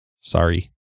sorry